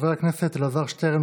חבר הכנסת אלעזר שטרן,